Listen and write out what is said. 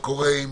שזה הוכר והובן?